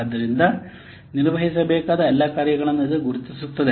ಆದ್ದರಿಂದ ನಿರ್ವಹಿಸಬೇಕಾದ ಎಲ್ಲಾ ಕಾರ್ಯಗಳನ್ನು ಇದು ಗುರುತಿಸುತ್ತದೆ